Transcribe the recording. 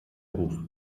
ruf